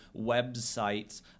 websites